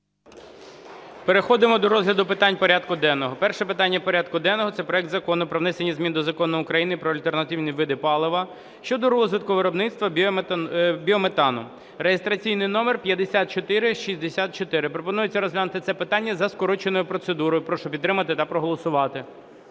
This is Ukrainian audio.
Переходимо до розгляду питань порядку денного. Перше питання порядку денного – це проект Закону про внесення змін до Закону України "Про альтернативні види палива" щодо розвитку виробництва біометану (реєстраційний номер 5464). Пропонується розглянути це питання за скороченою процедурою. Прошу підтримати та проголосувати.